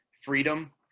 Freedom